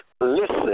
listen